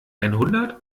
einhundert